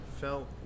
felt